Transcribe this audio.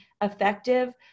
effective